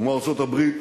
כמו ארצות-הברית,